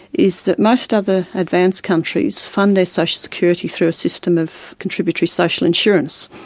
is that most other advanced countries fund their social security through a system of contributory social insurance.